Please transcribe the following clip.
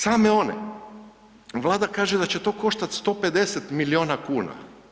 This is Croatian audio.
Same one, Vlada kaže da će to koštati 150 milijuna kuna.